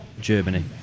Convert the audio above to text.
Germany